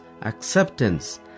acceptance